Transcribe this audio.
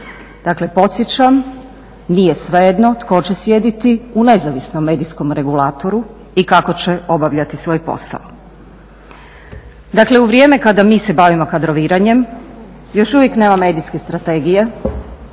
Dakle, podsjećam, nije svejedno tko će sjediti u nezavisnom medijskom regulatoru i kako će obavljati svoj posao. Dakle, u vrijeme kada mi se bavimo kadroviranjem još uvijek nema medijske strategije,